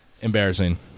Embarrassing